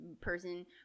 person